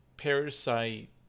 Parasite